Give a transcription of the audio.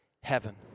heaven